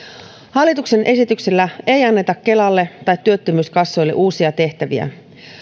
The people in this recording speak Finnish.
hallituksen esityksellä ei anneta kelalle tai työttömyyskassoille uusia tehtäviä